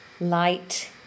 light